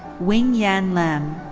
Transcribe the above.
wing yan lam.